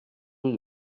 rue